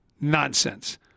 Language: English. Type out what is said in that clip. Nonsense